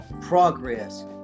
progress